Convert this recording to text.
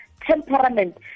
temperament